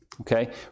Okay